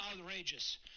outrageous